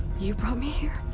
you brought me here?